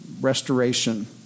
restoration